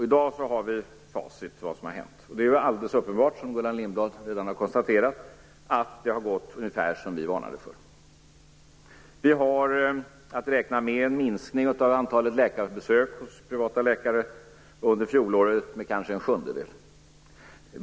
I dag har vi facit över vad som har hänt. Det är alldeles uppenbart - som Gullan Lindblad redan har konstaterat - att det har gått ungefär så som vi varnade för. Under fjolåret kunde man räkna med en minskning av antalet läkarbesök hos privata läkare med en sjundedel.